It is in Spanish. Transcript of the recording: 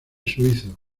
suizo